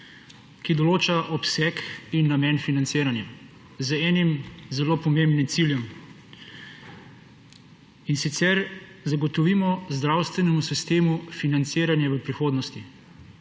ki določa obseg in namen financiranja z enim zelo pomembnim ciljem, in sicer zagotovimo zdravstvenemu sitemu financiranje v prihodnosti.